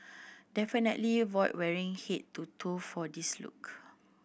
definitely avoid wearing head to toe for this look